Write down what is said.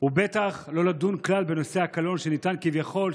ובטח לא לדון כלל בנושא הקלון שניתן כביכול,